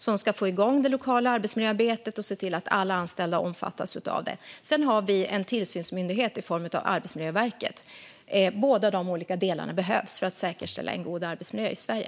De ska få igång det lokala arbetsmiljöarbetet och se till att alla anställda omfattas av det. Sedan har vi en tillsynsmyndighet i form av Arbetsmiljöverket. Båda de olika delarna behövs för att säkerställa en god arbetsmiljö i Sverige.